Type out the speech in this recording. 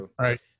right